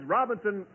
Robinson